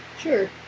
Sure